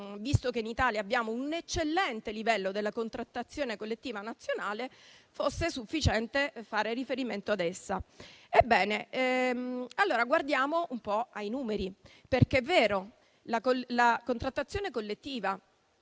visto che in Italia abbiamo un eccellente livello della contrattazione collettiva nazionale, fosse sufficiente fare riferimento ad essa. Guardiamo allora ai numeri; è vero che la contrattazione collettiva